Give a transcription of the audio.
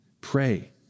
Pray